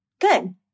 Good